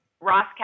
Ross